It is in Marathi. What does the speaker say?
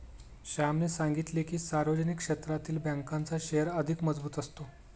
श्यामने सांगितले की, सार्वजनिक क्षेत्रातील बँकांचा शेअर अधिक मजबूत असतो